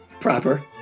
Proper